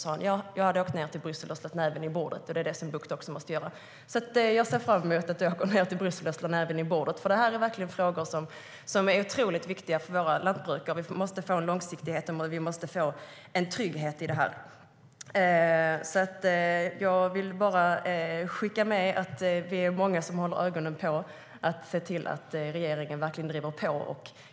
Han sa: Jag hade åkt ned till Bryssel och slagit näven i bordet, och det är vad Bucht också måste göra. Jag ser fram emot att du åker ned till Bryssel och slår näven i bordet. Det är verkligen frågor som är otroligt viktiga för våra lantbrukare. Vi måste få en långsiktighet och trygghet i det. Jag vill skicka med att det är många som håller ögonen på detta och ser till att regeringen verkligen driver på.